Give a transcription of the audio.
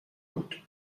بود